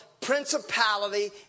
principality